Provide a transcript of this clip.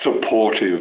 supportive